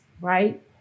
Right